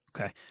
Okay